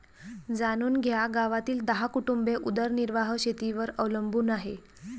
जाणून घ्या गावातील दहा कुटुंबे उदरनिर्वाह शेतीवर अवलंबून आहे